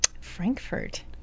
Frankfurt